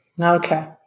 Okay